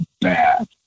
bad